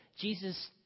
Jesus